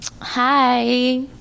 Hi